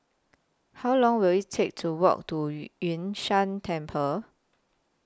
How Long Will IT Take to Walk to Yun Shan Temple